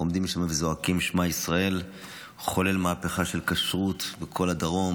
עומדים שם וזועקים "שמע ישראל"; חולל מהפכה של כשרות בכל הדרום,